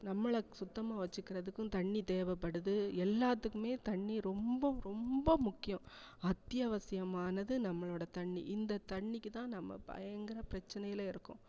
நம்மளை சுத்தமாக வச்சிக்கிறதுக்கும் தண்ணி தேவைப்படுது எல்லாத்துக்குமே தண்ணி ரொம்ப ரொம்ப முக்கியம் அத்தியாவசியமானது நம்மளோடய தண்ணி இந்த தண்ணிக்கு தான் நம்ம பயங்கர பிரச்சனையில் இருக்கோம்